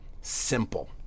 simple